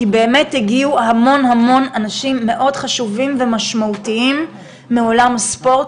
כי באמת הגיעו המון המון אנשים מאוד חשובים ומשמעותיים מעולם הספורט,